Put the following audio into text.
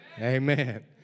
Amen